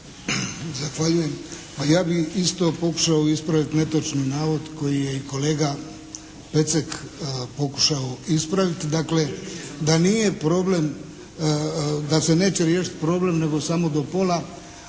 Ja bih isto pokušao ispraviti netočan navod koji je i kolega Pecek pokušao ispraviti. Dakle, da nije problem, da se neće riješiti problem nego samo do pola.